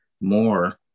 more